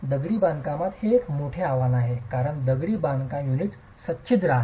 दगडी बांधकामात ते एक मोठे आव्हान आहे कारण दगडी बांधकाम युनिट सच्छिद्र आहेत